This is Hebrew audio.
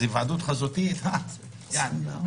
אז היוועדות חזותית בטלפון?